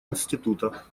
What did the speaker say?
института